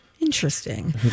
Interesting